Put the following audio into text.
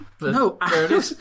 No